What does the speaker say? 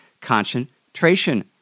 concentration